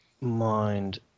mind